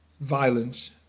violence